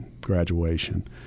graduation